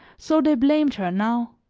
so they blamed her now.